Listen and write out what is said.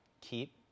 keep